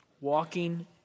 walking